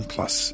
Plus